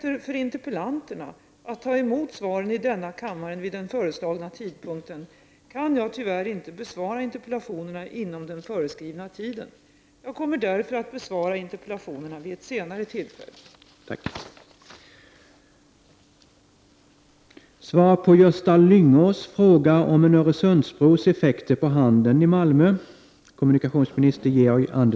Ett rimligt underlag borde exempelvis ha innehållit analyser av de effekter som anläggandet av jättelika stormarknader i Malmös utkanter skulle få på detaljhandeln i Malmö. Sådana analyser finns, men de tycks undanhållas allmän kännedom. Jag vill fråga industriministern om föreliggande analyser om effekter på näringslivet i Malmöhus län av en eventuell fast Öresundsförbindelse kommer att ställas till allmänhetens och beslutsfattares förfogande.